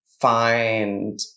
find